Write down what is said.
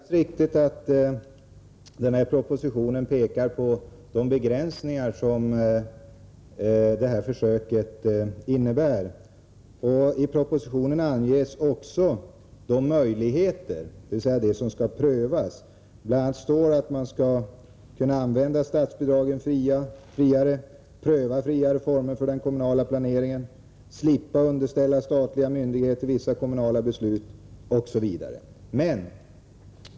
Herr talman! Det är alldeles riktigt att propositionen pekar på de begränsningar som försöket innebär, men i propositionen anges också möjligheter, dvs. det som skall prövas. Det står att man skall kunna använda statsbidragen friare, pröva friare former för den kommunala planeringen, slippa underställa statliga myndigheter vissa kommunala beslut osv.